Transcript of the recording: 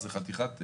זו חתיכת אירוע.